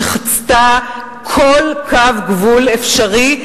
שחצתה כל קו גבול אפשרי.